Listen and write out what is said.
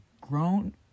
grown